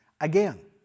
again